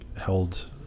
held